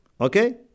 Okay